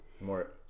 More